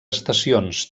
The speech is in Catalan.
estacions